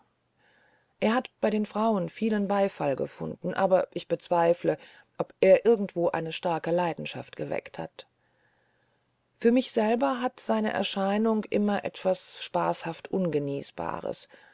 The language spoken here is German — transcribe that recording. er hat bei den frauen vielen beifall gefunden aber ich zweifle ob er irgendwo eine starke leidenschaft geweckt hat für mich selber hatte seine erscheinung immer etwas spaßhaft ungenießbares